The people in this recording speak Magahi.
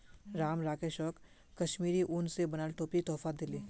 राम राकेशक कश्मीरी उन स बनाल टोपी तोहफात दीले